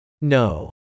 No